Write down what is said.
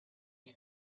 him